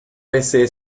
besé